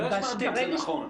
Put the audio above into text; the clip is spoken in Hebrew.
אני לא שאלתי אם זה נכון.